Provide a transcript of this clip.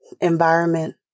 environment